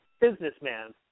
Businessman